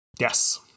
Yes